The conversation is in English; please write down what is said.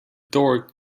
door